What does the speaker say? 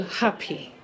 happy